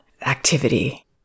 activity